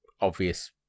obvious